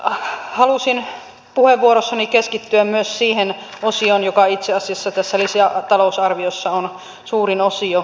mutta halusin puheenvuorossani keskittyä myös siihen osioon joka itse asiassa tässä lisätalousarviossa on suurin osio